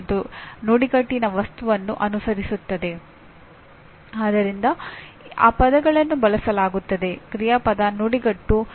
ಮತ್ತೆ ಮೊದಲನೆಯದಕ್ಕೆ ಬಂದರೆ ವಾಸ್ತವವಾಗಿ ಎಂಜಿನಿಯರ್ಗಳು ಬಹಳ ವಿರಳವಾಗಿ ಪ್ರತ್ಯೇಕವಾಗಿ ಕೆಲಸ ಮಾಡುತ್ತಾರೆ